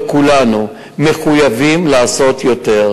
וקודם כול הוא מחובר למורשת שלו,